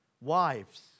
Wives